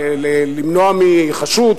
למנוע מחשוד,